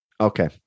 Okay